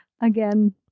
Again